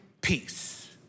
peace